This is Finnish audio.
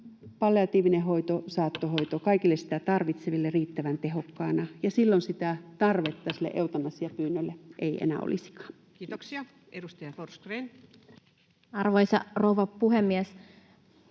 saattohoito kaikille sitä tarvitseville riittävän tehokkaana. Silloin sitä tarvetta sille eutanasiapyynnölle ei enää olisikaan. Kiitoksia. — Edustaja Forsgrén. Arvoisa rouva puhemies!